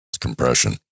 compression